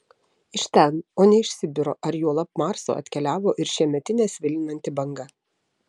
iš ten o ne iš sibiro ar juolab marso atkeliavo ir šiemetinė svilinanti banga